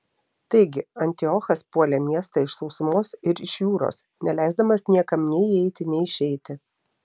taigi antiochas puolė miestą iš sausumos ir iš jūros neleisdamas niekam nei įeiti nei išeiti